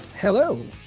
Hello